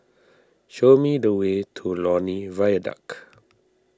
show me the way to Lornie Viaduct